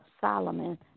Solomon